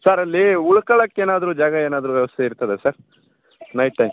sir ಅಲ್ಲಿ ಉಳ್ಕಳಕ್ಕೆ ಏನಾದರು ಜಾಗ ಏನಾದರು ವ್ಯವಸ್ಥೆ ಇರ್ತದಾ ಸರ್ ನೈಟ್ ಟೈಮ್